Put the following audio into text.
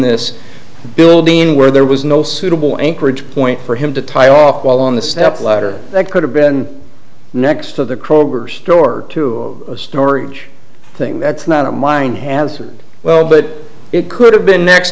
this building where there was no suitable anchorage point for him to tie off while on the stepladder that could have been next to the kroger store to a storage thing that's not a mine has but it could have been next